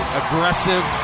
aggressive